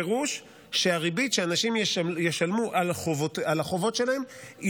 פירושו שהריבית שאנשים ישלמו על החובות שלהם היא